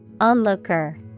Onlooker